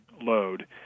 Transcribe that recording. load